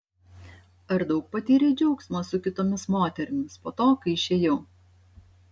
ar daug patyrei džiaugsmo su kitomis moterimis po to kai išėjau